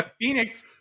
Phoenix